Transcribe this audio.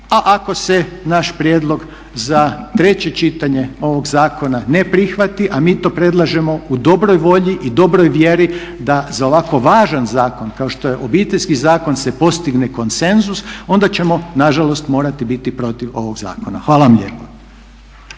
A ako se naš prijedlog za treće čitanje ovog zakona ne prihvati, a mi to predlažemo u dobroj volji i dobroj vjeri da za ovako važan zakon kao što je Obiteljski zakon se postigne konsenzus, onda ćemo nažalost morati biti protiv ovog zakona. Hvala vam lijepa.